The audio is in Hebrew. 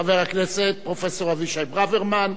חבר הכנסת, פרופסור אבישי ברוורמן,